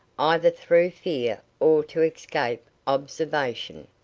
either through fear or to escape observation.